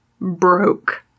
broke